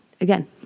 Again